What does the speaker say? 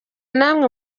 namwe